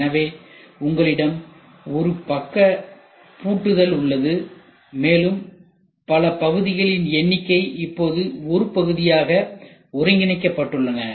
எனவே உங்களிடம் ஒரு பக்க பூட்டுதல் உள்ளது மேலும் பல பகுதிகளின் எண்ணிக்கையை இப்போது ஒரு பகுதியாக ஒருங்கிணைக்கப்பட்டுள்ளன